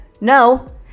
No